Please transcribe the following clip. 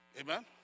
Amen